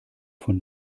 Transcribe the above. von